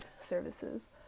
services